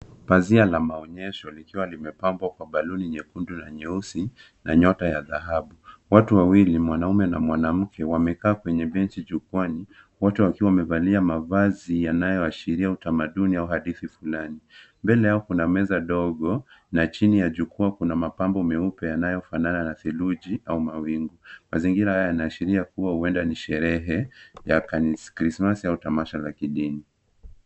Pazia la maonyesho limepambwa kwa baluni nyekundu na nyeusi pamoja na nyota za dhahabu. Watu wawili, mwanaume na mwanamke, wamekaa kwenye benchi jukwaani. Wamevalia mavazi yanayoashiria utamaduni wa hadithi fulani. Mbele yao kuna meza ndogo, na chini ya jukwaa kuna mapambo meupe yanayofanana na theluji au mawingu. Mazingira haya yanaashiria kuwa huenda ni sherehe ya Krismasi au tamasha la kitamaduni la kidini.